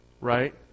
Right